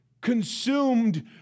consumed